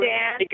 Dan